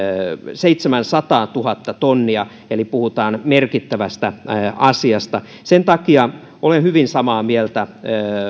seitsemänsataatuhatta tonnia eli puhutaan merkittävästä asiasta sen takia olen hyvin samaa mieltä